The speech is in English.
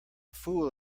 fool